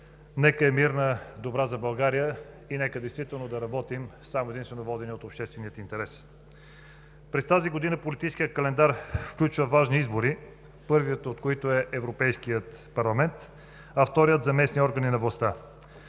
Нека да е мирна и добра за България и нека действително да работим само и единствено водени от обществените интереси! През тази година политическият календар включва важни избори, първият от които е за Европейския парламент, а вторият – за местни органи на властта.